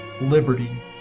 liberty